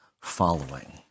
following